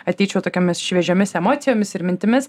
ateičiau tokiomis šviežiomis emocijomis ir mintimis